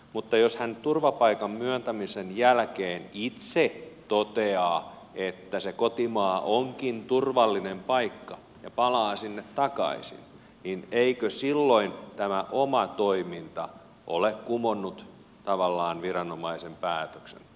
mutta jos hän turvapaikan myöntämisen jälkeen itse toteaa että se kotimaa onkin turvallinen paikka ja palaa sinne takaisin niin eikö silloin tämä oma toiminta ole tavallaan kumonnut viranomaisen päätöksen